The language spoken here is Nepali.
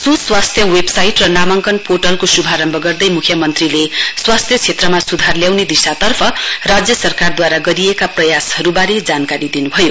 सुस्वास्थ्य वेबसाइट र नामाङ्कन पोर्टलको शुभारम्भ गर्दै मुख्यमन्त्रीले स्वास्थ्य क्षेत्रमा सुधार ल्याउने दिशातर्फ राज्य सरकारद्वारा गरिएका प्रयासहरुवारे जानकारी दिनुभयो